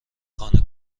خانه